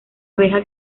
abeja